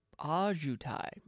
Ajutai